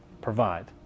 provide